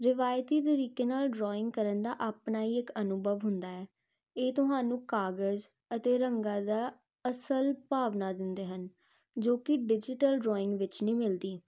ਰਿਵਾਇਤੀ ਤਰੀਕੇ ਨਾਲ ਡਰਾਇੰਗ ਕਰਨ ਦਾ ਆਪਣਾ ਹੀ ਇੱਕ ਅਨੁਭਵ ਹੁੰਦਾ ਹੈ ਇਹ ਤੁਹਾਨੂੰ ਕਾਗਜ਼ ਅਤੇ ਰੰਗਾਂ ਦਾ ਅਸਲ ਭਾਵਨਾ ਦਿੰਦੇ ਹਨ ਜੋ ਕਿ ਡਿਜੀਟਲ ਡਰਾਇੰਗ ਵਿੱਚ ਨਹੀਂ ਮਿਲਦੀ